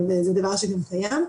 אבל זה דבר שכבר קיים.